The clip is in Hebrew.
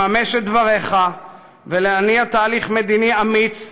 לממש את דבריך ולהניע תהליך מדיני אמיץ,